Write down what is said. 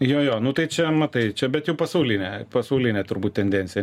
jo jo nu tai čia matai čia bet jau pasaulinė pasaulinė turbūt tendencija